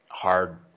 hard